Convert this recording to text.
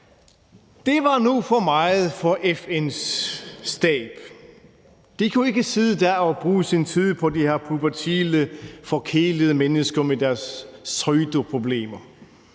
Det var nu for meget for FN's stab. De kunne ikke sidde der og bruge deres tid på de her pubertære, forkælede mennesker med deres pseudoproblemer.